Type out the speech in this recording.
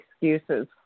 excuses